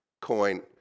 coin